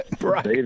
Right